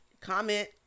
comment